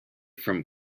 from